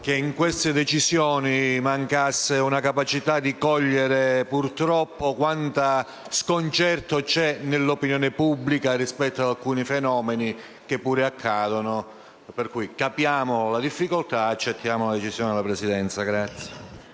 che in queste decisioni mancasse una capacità di cogliere quanto sconcerto c'è purtroppo nell'opinione pubblica rispetto ad alcuni fenomeni che pure accadono. Quindi, capiamo le difficoltà ed accettiamo la decisione della Presidenza.